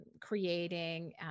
creating